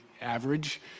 average